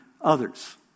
others